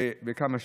בכמה שניות: